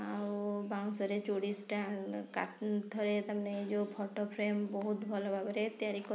ଆଉ ବାଉଁଶରେ ଚୁଡ଼ି ଷ୍ଟାଣ୍ଡ୍ କାନ୍ଥରେ ତାମାନେ ଯେଉଁ ଫଟୋ ଫ୍ରେମ୍ ବହୁତ ଭଲ ଭାବରେ ତିଆରି କରନ୍ତି